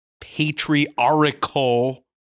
patriarchal